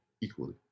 equally